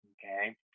okay